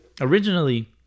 originally